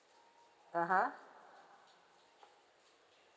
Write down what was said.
(uh huh)